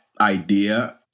idea